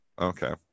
Okay